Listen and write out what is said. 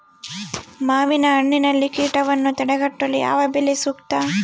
ಮಾವಿನಹಣ್ಣಿನಲ್ಲಿ ಕೇಟವನ್ನು ತಡೆಗಟ್ಟಲು ಯಾವ ಬಲೆ ಸೂಕ್ತ?